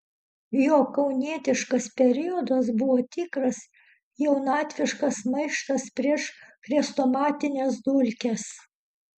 jo kaunietiškas periodas buvo tikras jaunatviškas maištas prieš chrestomatines dulkes